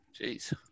Jeez